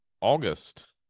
august